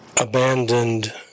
abandoned